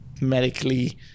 medically